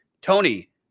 Tony